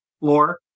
Lore